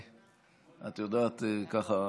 את יודעת, ככה,